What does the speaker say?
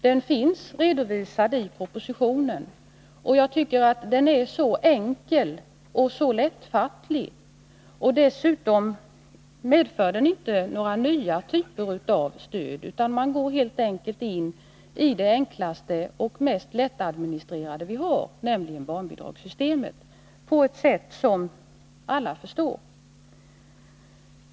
Den finns redovisad i propositionen, och jag tycker att den är så enkel och så lättfattlig. Dessutom medför den inte några nya typer av stöd, utan man går helt enkelt in i det enklaste och mest lättadministrerade vi har, nämligen barnbidragssystemet, på ett sätt som alla förstår.